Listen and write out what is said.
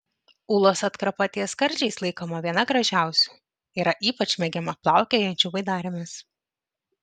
ūlos atkarpa ties skardžiais laikoma viena gražiausių yra ypač mėgiama plaukiojančių baidarėmis